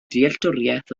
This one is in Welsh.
dealltwriaeth